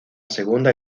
segunda